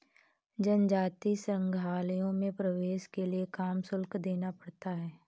जनजातीय संग्रहालयों में प्रवेश के लिए काम शुल्क देना पड़ता है